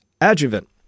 adjuvant